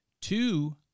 two